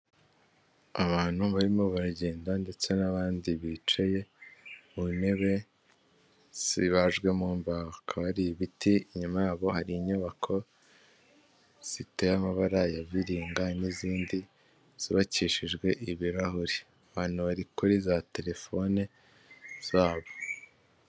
Abantu barimo baragenda ndetse n'abandi bicaye mu ntebe zibajwe mu mbaho, hakaba hari ibiti inyuma yabo hari inyubako ziteye amabara ya viringa n'izindi zubakishijwe ibirahuri, abantu bari kuri za telefone zabo.